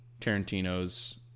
Tarantino's